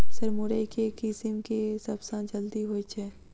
Sir मुरई केँ किसिम केँ सबसँ जल्दी होइ छै?